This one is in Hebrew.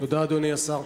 תודה, אדוני השר.